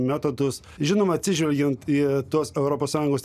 metodus žinoma atsižvelgiant į tuos europos sąjungos